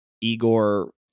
Igor